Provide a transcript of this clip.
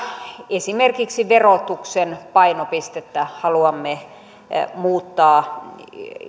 esimerkiksi verotuksen painopistettä haluamme muuttaa